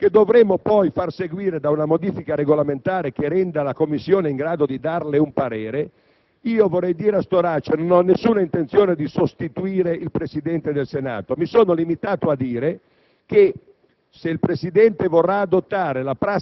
è una decisione importante che dovremmo far seguire da una modifica regolamentare che renda la Commissione in grado di fornirle un parere. Vorrei dire al senatore Storace che non ho nessuna intenzione di sostituire il Presidente del Senato; mi sono limitato a dire